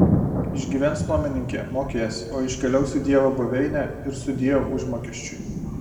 išgyvens nuomininkė mokės o iškeliaus į dievo buveinę ir sudieu užmokesčiui